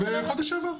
בחודש שעבר נפתחה.